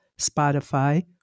Spotify